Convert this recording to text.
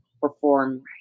perform